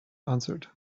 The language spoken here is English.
answered